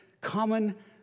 common